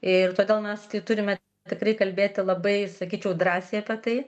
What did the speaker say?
ir todėl mes kai turime tikrai kalbėti labai sakyčiau drąsiai apie tai